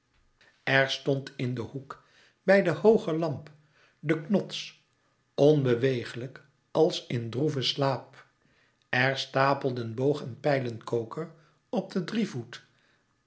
er stond in den hoek bij de hooge lamp de knots onbewegelijk als in droeve slaap er stapelden boog en pijlenkoker op den drievoet